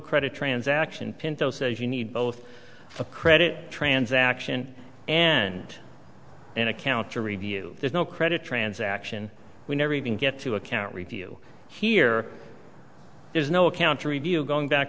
credit transaction pinto says you need both a credit transaction and an account to review there's no credit transaction we never even get to account review here there's no account to review going back